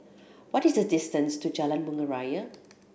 what is the distance to Jalan Bunga Raya